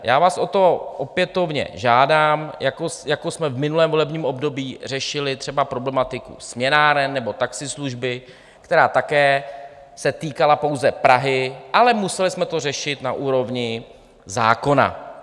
Já vás o to opětovně žádám, jako jsme v minulém volebním období řešili třeba problematiku směnáren nebo taxislužby, která se také týkala pouze Prahy, ale museli jsme to řešit na úrovni zákona.